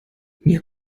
mir